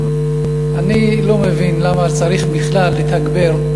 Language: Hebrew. אני לא מבין למה צריך בכלל לתגבר.